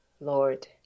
Lord